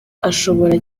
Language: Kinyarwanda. ashobora